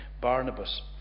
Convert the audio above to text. Barnabas